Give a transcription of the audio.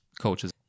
coaches